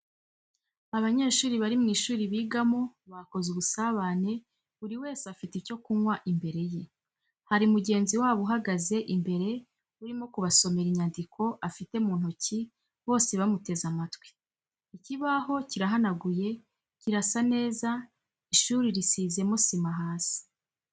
Abanyeshuri bari mu ishuri bigamo bakoze ubusabane, buri wese afite icyo kunywa imbere ye, hari mugenzi wabo uhagaze imbere urimo kubasomera inyandiko afite mu ntoki bose bamuteze matwi. Ikibaho kirahanaguye, kirasa neza, ishuri risizemo sima hasi.